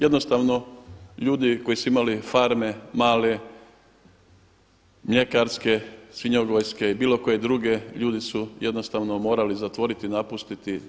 Jednostavno ljudi koji su imali farme male mljekarske, svinjogojske i bilo koje druge ljudi su jednostavno morali zatvoriti, napustiti.